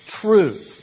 truth